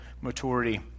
maturity